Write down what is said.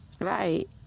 Right